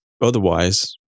otherwise